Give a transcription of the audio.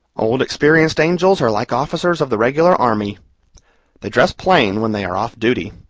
old experienced angels are like officers of the regular army they dress plain, when they are off duty.